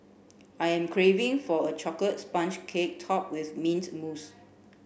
I am craving for a chocolate sponge cake top with mint mousse